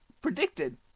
predicted